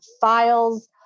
files